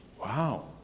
Wow